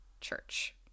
church